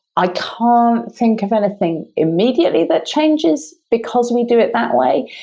i can't think of anything immediately that changes, because we do it that way,